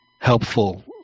helpful